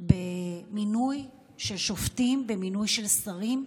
במינוי של שופטים, במינוי של שרים.